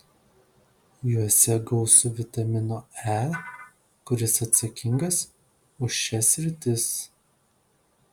juose gausu vitamino e kuris atsakingas už šias sritis